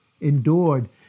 Endured